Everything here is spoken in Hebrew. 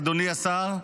אדוני השר,